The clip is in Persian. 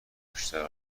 بیشتر